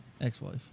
Ex-wife